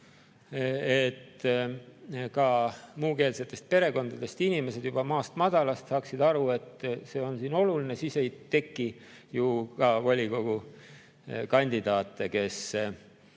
et ka muukeelsetest perekondadest inimesed juba maast madalast saaksid aru, et see on oluline. Siis ei teki ju ka volikogu kandidaate, kes